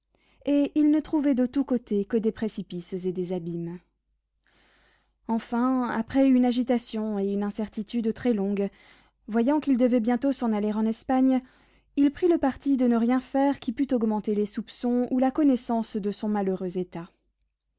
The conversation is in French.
et il ne trouvait de tous côtés que des précipices et des abîmes enfin après une agitation et une incertitude très longues voyant qu'il devait bientôt s'en aller en espagne il prit le parti de ne rien faire qui pût augmenter les soupçons ou la connaissance de son malheureux état